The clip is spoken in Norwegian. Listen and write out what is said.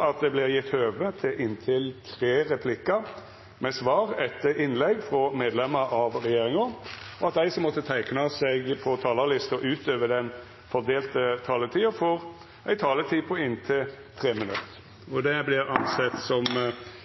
vert gjeve høve til inntil tre replikkar med svar etter innlegg frå medlemer av regjeringa, og at dei som måtte teikna seg på talarlista utover den fordelte taletida, får ei taletid på inntil 3 minutt. – Det